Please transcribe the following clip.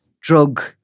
drug